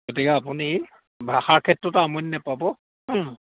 গতিকে আপুনি ভাষাৰ ক্ষেত্ৰত আমনি নেপাব